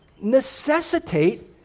necessitate